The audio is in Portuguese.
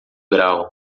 grau